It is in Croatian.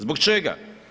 Zbog čega?